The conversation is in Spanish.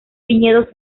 viñedos